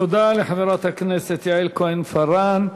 תודה לחברת הכנסת יעל כהן-פארן.